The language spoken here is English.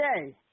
Today